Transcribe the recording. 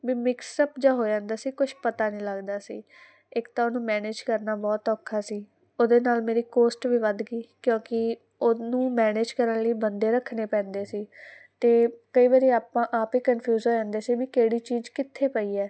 ਵੀ mix up ਜਿਹਾ ਹੋ ਜਾਂਦਾ ਸੀ ਕੁਝ ਪਤਾ ਨਹੀਂ ਲੱਗਦਾ ਸੀ ਇੱਕ ਤਾਂ ਉਹਨੂੰ ਮੈਨੇਜ ਕਰਨਾ ਬਹੁਤ ਔਖਾ ਸੀ ਉਹਦੇ ਨਾਲ ਮੇਰੀ ਕੋਸਟ ਵੀ ਵੱਧ ਗਈ ਕਿਉਂਕਿ ਉਹਨੂੰ ਮੈਨੇਜ ਕਰਨ ਲਈ ਬੰਦੇ ਰੱਖਣੇ ਪੈਂਦੇ ਸੀ ਤੇ ਕਈ ਵਾਰੀ ਆਪਾਂ ਆਪ ਹੀ ਕਨਫਿਊਜ਼ ਹੋ ਜਾਂਦੇ ਸੀ ਵੀ ਕਿਹੜੀ ਚੀਜ਼ ਕਿੱਥੇ ਪਈ ਹੈ